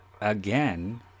Again